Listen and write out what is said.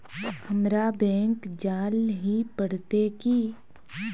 हमरा बैंक जाल ही पड़ते की?